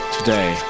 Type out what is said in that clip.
Today